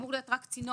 שאמור להיות רק צינור.